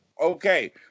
Okay